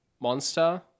monster